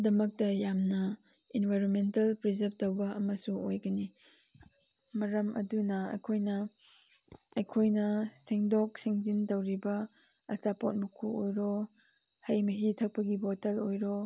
ꯗꯃꯛꯇ ꯌꯥꯝꯅ ꯏꯟꯚꯥꯏꯔꯣꯟꯃꯦꯟꯇꯦꯜ ꯄ꯭ꯔꯤꯖꯥꯞ ꯇꯧꯕ ꯑꯃꯁꯨ ꯑꯣꯏꯒꯅꯤ ꯃꯔꯝ ꯑꯗꯨꯅ ꯑꯩꯈꯣꯏꯅ ꯑꯩꯈꯣꯏꯅ ꯁꯦꯡꯗꯣꯛ ꯁꯦꯡꯖꯤꯟ ꯇꯧꯔꯤꯕ ꯑꯆꯥꯄꯣꯠ ꯃꯀꯨ ꯑꯣꯏꯔꯣ ꯍꯩ ꯃꯍꯤ ꯊꯛꯄꯒꯤ ꯕꯣꯇꯜ ꯑꯣꯏꯔꯣ